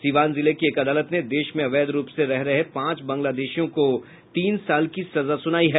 सीवान जिले की एक अदालत ने देश में अवैध रूप से रह रहे पांच बांग्लादेशियों को तीन साल की सजा सुनाई है